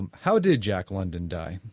and how did jack london die?